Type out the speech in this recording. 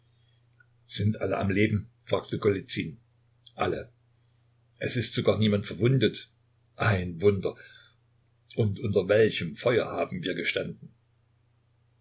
sind alle am leben fragte golizyn alle es ist sogar niemand verwundet ein wunder und unter welchem feuer haben wir gestanden